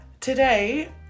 Today